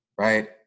right